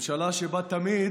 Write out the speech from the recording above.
ממשלה שבה תמיד